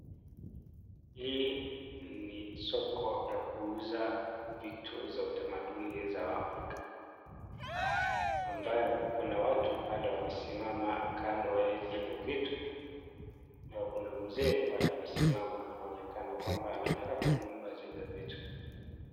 Hii ni soko ya kuuza vitu za utamaduni za Waafrika, ambayo kuna watu wamesimama kando ya vile vitu na kuna mzee pahali amesimama anaonekana kwamba anataka kununua zile vitu.